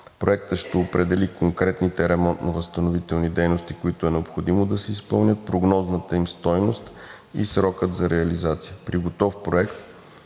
Проектът ще определи конкретните ремонтно възстановителни дейности, които е необходимо да се изпълнят, прогнозната им стойност и срока за реализация. При готов проект